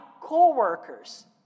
co-workers